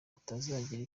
utazagira